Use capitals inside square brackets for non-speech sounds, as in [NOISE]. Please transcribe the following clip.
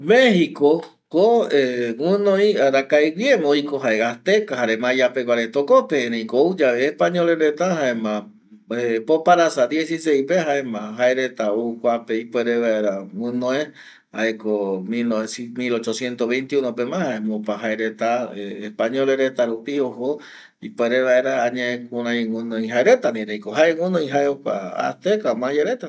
﻿Mexicoko [HESITATION] guinoi arakaegüiema jaeko azteca jare maya pegua reta jokope ereiko ou yape españoles reta jaema poparasa dieciseispe jaema jaereta ou kuape ipuere vaera guinoe jaeko mil nove mil ochociento veinti unopema jaema opa jaereta españoles reta rupi ojo ipuere vaera añae kurai guinoi jaereta ndie ereiko jae guinoijae jokua azteza maya reta